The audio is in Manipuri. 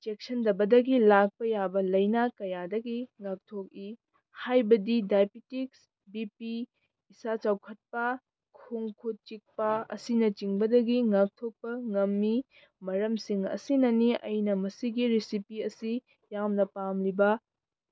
ꯆꯦꯛꯁꯤꯟꯗꯕꯗꯒꯤ ꯂꯥꯛꯄ ꯌꯥꯕ ꯂꯥꯏꯅꯥ ꯀꯌꯥꯗꯒꯤ ꯉꯥꯛꯊꯣꯛꯏ ꯍꯥꯏꯕꯗꯤ ꯗꯥꯏꯕꯦꯇꯤꯛꯁ ꯕꯤ ꯄꯤ ꯏꯁꯥ ꯆꯥꯎꯈꯠꯄ ꯈꯣꯡ ꯈꯨꯠ ꯆꯤꯛꯄ ꯑꯁꯤꯅꯆꯤꯡꯕꯗꯒꯤ ꯉꯥꯛꯊꯣꯛꯄ ꯉꯝꯃꯤ ꯃꯔꯝꯁꯤꯡ ꯑꯁꯤꯅꯅꯤ ꯑꯩꯅ ꯃꯁꯤꯒꯤ ꯔꯤꯁꯤꯄꯤ ꯑꯁꯤ ꯌꯥꯝꯅ ꯄꯥꯝꯂꯤꯕ